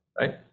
right